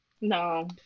No